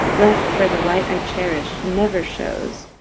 left where the light i cherished never shows,